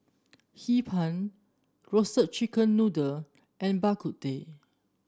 Hee Pan Roasted Chicken Noodle and Bak Kut Teh